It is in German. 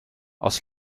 aus